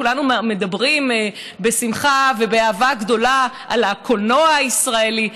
כולנו מדברים בשמחה ובאהבה גדולה על הקולנוע הישראלי,